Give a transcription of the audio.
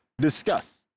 discuss